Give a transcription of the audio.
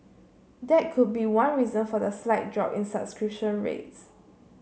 that could be one reason for the slight drop in subscription rates